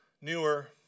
newer